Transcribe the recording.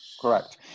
correct